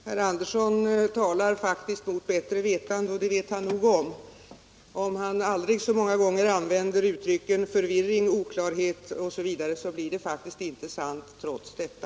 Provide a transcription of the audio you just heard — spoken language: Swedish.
Herr talman! Herr Andersson i Södertälje talar mot bättre vetande, och det inser han nog själv. Även om han aldrig så många gånger använder uttrycken förvirring, oklarhet osv., så blir det faktiskt inte sant trots detta.